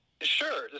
Sure